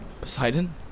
Poseidon